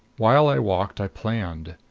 while i walked i planned.